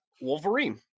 Wolverine